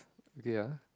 okay ya